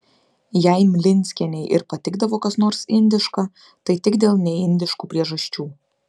jei mlinskienei ir patikdavo kas nors indiška tai tik dėl neindiškų priežasčių